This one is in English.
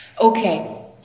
okay